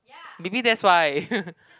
maybe that's why